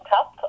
Cup